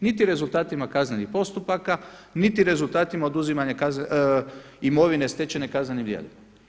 Niti rezultatima kaznenih postupaka, niti rezultatima oduzimanja imovine stečene kaznenim djelima.